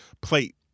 plate